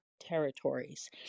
Territories